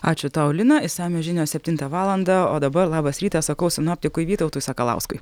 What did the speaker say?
ačiū tau lina išsamios žinios septintą valandą o dabar labas rytas sakau sinoptikui vytautui sakalauskui